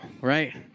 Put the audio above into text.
right